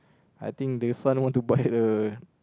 I think the son want to buy a